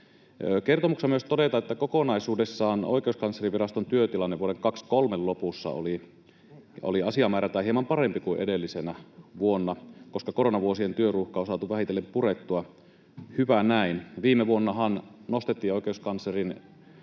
Kertomuksessa myös todetaan, että kokonaisuudessaan Oikeuskansleriviraston työtilanne vuoden 23 lopussa oli asiamäärältään hieman parempi kuin edellisenä vuonna, koska koronavuosien työruuhkaa on saatu vähitellen purettua, hyvä näin. Viime vuonnahan nostettiin esille oikeuskanslerin